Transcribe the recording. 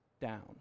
down